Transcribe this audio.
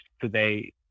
today